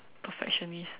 perfectionist